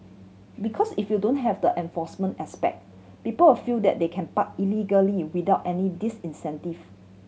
because if you don't have the enforcement aspect people will feel that they can park illegally without any disincentive